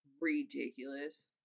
ridiculous